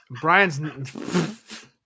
Brian's